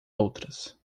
outras